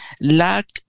lack